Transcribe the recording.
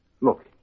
Look